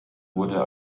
wurde